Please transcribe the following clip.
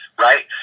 right